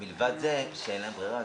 מלבד זה שגם אין להם ברירה.